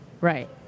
right